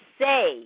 say